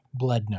Bledno